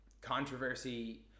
controversy